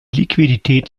liquidität